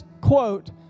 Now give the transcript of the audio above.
quote